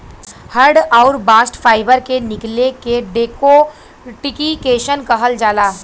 hurd आउर bast fibre के निकले के डेकोर्टिकेशन कहल जाला